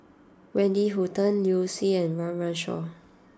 Wendy Hutton Liu Si and Run Run Shaw